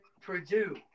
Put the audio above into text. Purdue